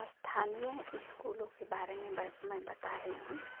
अस्थानीय स्कूलों के बारे में बता रही हूँ